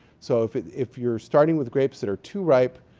so, if if you're starting with grapes that are too ripe,